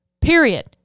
period